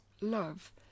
love